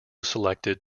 selected